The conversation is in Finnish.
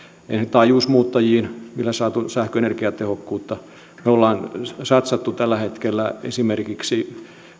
taajuusmuuntajiin millä on saatu sähkön energiatehokkuutta me olemme satsanneet tällä hetkellä esimerkiksi